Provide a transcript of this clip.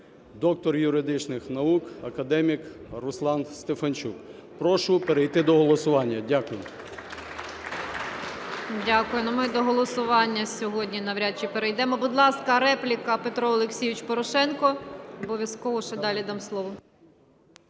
доктор юридичних наук, академік, Руслан Стефанчук. Прошу перейти до голосування. Дякую. ГОЛОВУЮЧА. Дякую. Ну ми до голосування сьогодні навряд чи перейдемо. Будь ласка, репліка Петро Олексійович Порошенко. Обов'язково ще далі дам слово.